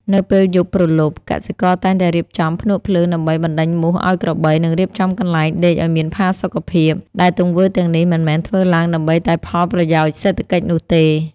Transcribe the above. នៅពេលយប់ព្រលប់ កសិករតែងតែរៀបចំភ្នក់ភ្លើងដើម្បីបណ្តេញមូសឱ្យក្របី និងរៀបចំកន្លែងដេកឱ្យមានផាសុកភាព ដែលទង្វើទាំងនេះមិនមែនធ្វើឡើងដើម្បីតែផលប្រយោជន៍សេដ្ឋកិច្ចនោះទេ។